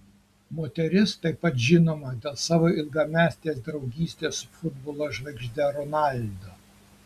moteris taip pat žinoma dėl savo ilgametės draugystės su futbolo žvaigžde ronaldo